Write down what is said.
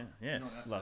Yes